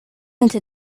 into